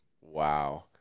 Wow